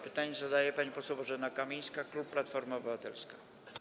Pytanie zadaje pani poseł Bożena Kamińska, klub Platforma Obywatelska.